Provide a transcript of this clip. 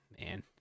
man